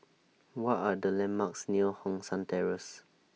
What Are The landmarks near Hong San Terrace